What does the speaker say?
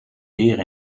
beer